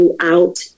throughout